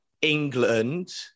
England